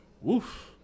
Woof